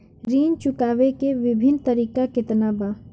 ऋण चुकावे के विभिन्न तरीका केतना बा?